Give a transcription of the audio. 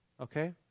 Okay